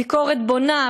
ביקורת בונה,